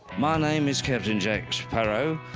my name is captain jack sparrow.